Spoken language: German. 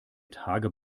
tage